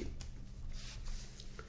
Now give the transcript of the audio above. health